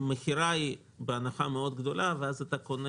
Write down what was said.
המכירה היא בהנחה גדולה מאוד ואז אתה מוכר